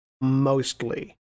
mostly